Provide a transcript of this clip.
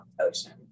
ocean